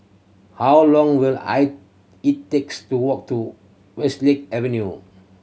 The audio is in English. how long will I it takes to walk to Westlake Avenue